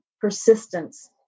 persistence